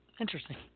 Interesting